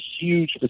huge